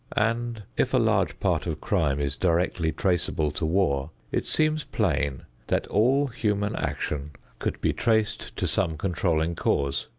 and if a large part of crime is directly traceable to war, it seems plain that all human action could be traced to some controlling cause,